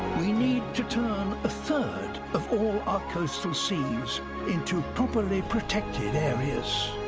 we need to turn a third of all our coastal seas into properly protected areas.